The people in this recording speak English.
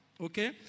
Okay